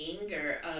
anger